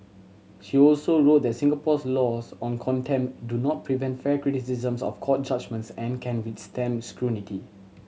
she also wrote that Singapore's laws on contempt do not prevent fair criticisms of court judgements and can withstand scrutiny